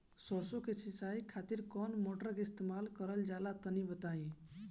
सरसो के सिंचाई खातिर कौन मोटर का इस्तेमाल करल जाला तनि बताई?